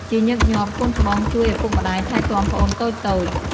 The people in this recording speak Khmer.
ជាញឹកញាប់ កូនច្បងជួយឪពុកម្តាយថែទាំប្អូនតូចៗ។